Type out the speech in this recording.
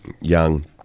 young